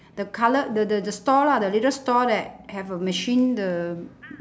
the colour the the the stall lah the little stall that have a machine the